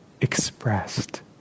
expressed